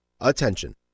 Attention